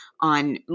on